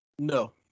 No